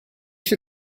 viel